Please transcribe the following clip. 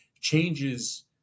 changes